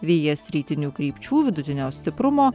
vėjas rytinių krypčių vidutinio stiprumo